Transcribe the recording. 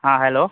हाँ हेलो